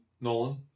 Nolan